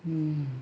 mm